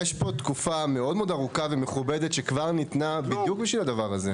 יש פה תקופה מאוד מאוד ארוכה ומכובדת שכבר ניתנה בדיוק בשביל הדבר הזה.